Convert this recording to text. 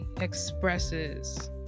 expresses